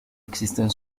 existen